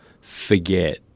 forget